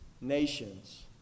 nations